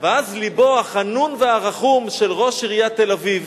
ואז לבו החנון והרחום של ראש עיריית תל-אביב,